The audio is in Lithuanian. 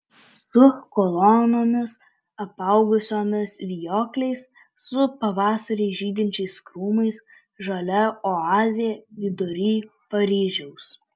su kolonomis apaugusiomis vijokliais su pavasarį žydinčiais krūmais žalia oazė vidury paryžiaus